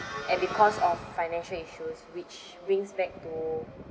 and because of financial issues which brings back to